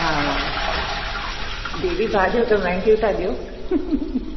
हा हा दीदी भाॼियूं त महांॻियूं था ॾियो